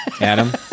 Adam